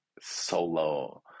solo